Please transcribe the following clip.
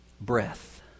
breath